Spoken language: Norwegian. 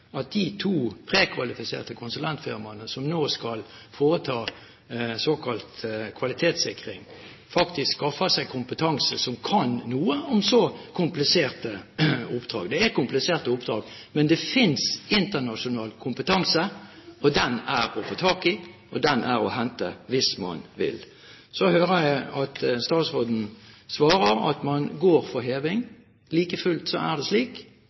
at de to prekvalifiserte konsulentfirmaene som nå skal foreta en såkalt kvalitetssikring, faktisk skaffer seg kompetanse som kan noe om så kompliserte oppdrag. Det er kompliserte oppdrag, men det finnes internasjonal kompetanse, den er å få tak i, og den er å hente hvis man vil. Så hører jeg statsråden svare at man går for heving. Like fullt er det slik